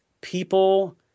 people